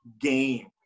game